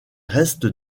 restes